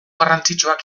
garrantzitsuak